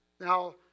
Now